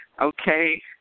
Okay